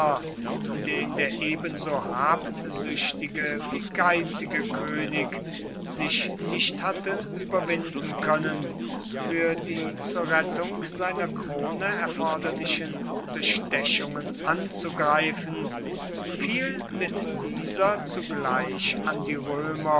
den der ebenso habsüchtige wie geizige könig sich nicht hatte überwinden können für die zur rettung seiner krone erforderlichen bestechungen anzugreifen fiel mit dieser zugleich an die römer